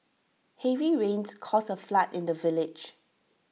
heavy rains caused A flood in the village